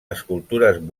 escultures